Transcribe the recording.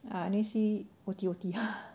I only see O_T_O_T